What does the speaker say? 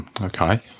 Okay